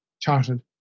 chartered